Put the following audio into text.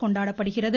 கொண்டாடப்படுகிறது